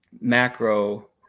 macro